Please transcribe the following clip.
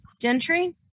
Gentry